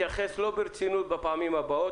אתה תאלץ אותי להתייחס לא ברצינות בפעמים הבאות,